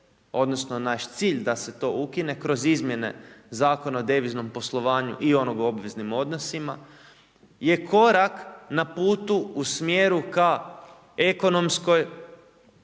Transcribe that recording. odnosno naš cilj da se to ukine kroz izmjene Zakona o deviznom poslovanju i onog o obveznim odnosima je korak na putu u smjeru ka ekonomskoj,